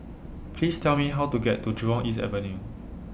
Please Tell Me How to get to Jurong East Avenue